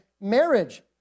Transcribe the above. marriage